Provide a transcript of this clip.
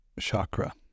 chakra